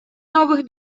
новых